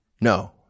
No